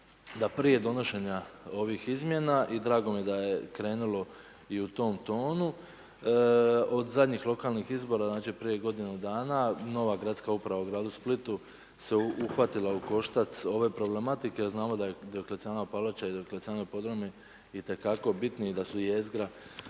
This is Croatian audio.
da prije donošenja ovih izmjena i drago mi je da je krenulo i u tom tonu od zadnjih lokalnih izbora, znači prije godinu dana, nova gradska uprav u gradu Splitu se uhvatila u koštac ove problematike, znamo da su Dioklecijanova palača i Dioklecijanovi podrumi itekako bitni i da su jezgra